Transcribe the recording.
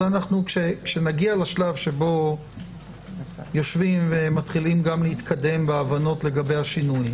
כשנגיע לשלב שבו יושבים ומתחילים גם להתקדם בהבנות לגבי השינויים,